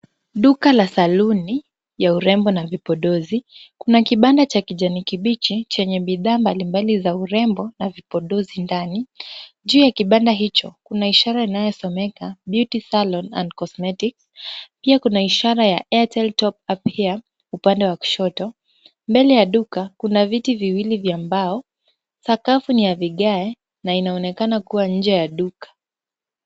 Duka ya saluni ya urembo na vipodozi. Kuna kibanda cha kijani kibichi chenye bidhaa mbalimbali za urembo na vipodozi ndani. Juu ya kibanda hicho kuna ishara inayosomeka Beauty Salon and Cosmetics .Pia kuna ishara ya Airtel Top Up Here upande wa kushoto. Mbele ya duka kuna viti viwili vya mbao. Sakafu ni ya vigae na inaonekana kuwa nje ya duka.